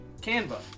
Canva